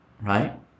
right